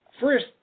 first